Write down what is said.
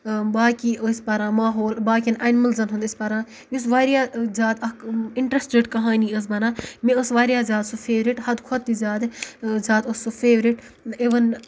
باقی ٲسۍ پَران ماحول باقین اینملزَن ہُند ٲسۍ پَران یُس واریاہ زیادٕ اکھ اِنٹرَسٹڈ اکھ کَہانی ٲس بَنان مےٚ ٲس واریاہ زیادٕ سُہ فیورِٹ حدٕ کھۄتہٕ تہِ زیادٕ زیادٕ اوس سُہ فیورِٹ اِوٕن